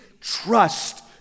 trust